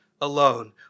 alone